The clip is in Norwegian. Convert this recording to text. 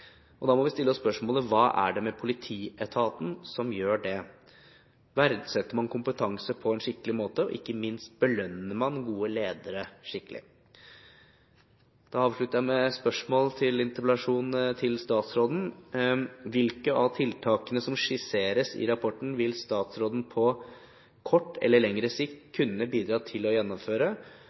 Da må vi stille oss spørsmålet: Hva er det med politietaten som gjør det? Verdsetter man kompetanse på en skikkelig måte? Og ikke minst: Belønner man gode ledere skikkelig? Da avslutter jeg interpellasjonen med et spørsmål til statsråden: Hvilke av tiltakene som skisseres i rapporten, vil statsråden på kort eller lengre sikt kunne bidra til å gjennomføre,